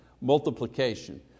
multiplication